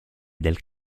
del